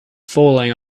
falling